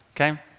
okay